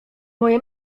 moje